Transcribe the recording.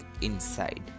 inside